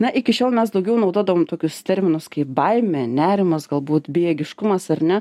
na iki šiol mes daugiau naudodavom tokius terminus kaip baimė nerimas galbūt bejėgiškumas ar ne